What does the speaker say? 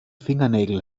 fingernägel